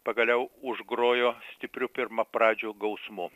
pagaliau užgrojo stipriu pirmapradžiu gausmu